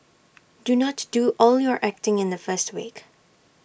do not do all your acting in the first week